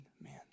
man